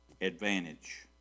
advantage